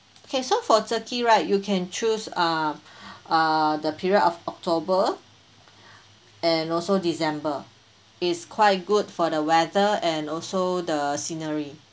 okay so for turkey right you can choose uh uh the period of october and also december is quite good for the weather and also the scenery